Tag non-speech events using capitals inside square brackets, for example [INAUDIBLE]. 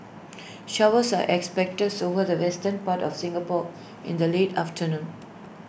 showers are expected [UNINTELLIGIBLE] over the western part of Singapore in the late afternoon